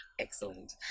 Excellent